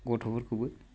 गथ'फोरखौबो